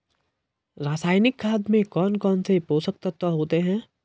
रासायनिक खाद में कौन कौन से पोषक तत्व होते हैं?